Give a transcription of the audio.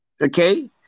okay